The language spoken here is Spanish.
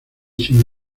sin